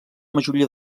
majoria